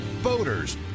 Boaters